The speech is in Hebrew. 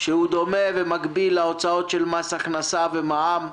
שהוא דומה ומקביל להוצאות של מס הכנסה ומע"מ.